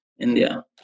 India